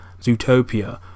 Zootopia